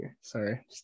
Sorry